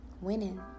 winning